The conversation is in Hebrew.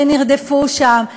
שנרדפו שם?